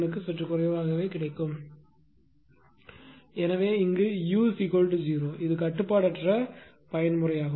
01 சற்றே குறைவாக உள்ளது எனவேu0 இது கட்டுப்பாடற்ற பயன்முறையாகும்